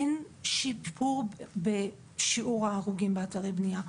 אין שיפור בשיעור ההרוגים באתרי בנייה.